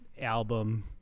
album